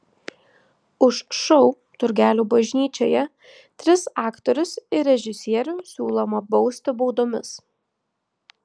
už šou turgelių bažnyčioje tris aktorius ir režisierių siūloma bausti baudomis